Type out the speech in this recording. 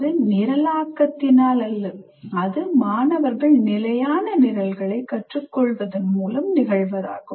அது நிரலாக்கத்தினால் அல்ல அது மாணவர்கள் நிலையான நிரல்களைக் கற்றுக்கொள்வதன் மூலம் நிகழ்வதாகும்